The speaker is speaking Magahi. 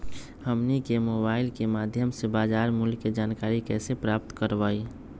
हमनी के मोबाइल के माध्यम से बाजार मूल्य के जानकारी कैसे प्राप्त करवाई?